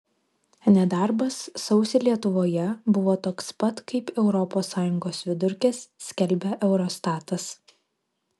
nedarbas sausį lietuvoje buvo toks pat kaip europos sąjungos vidurkis skelbia eurostatas